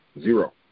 Zero